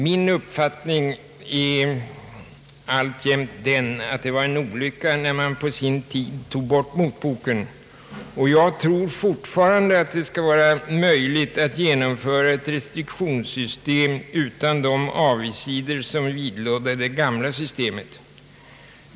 Min uppfattning är alltjämt den att det var en olycka när man på sin tid tog bort motboken, och jag tror fortfarande att det skulle vara möjligt att genomföra ett restriktionssystem utan de avigsidor som vidlådde det gamla systemet.